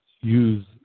use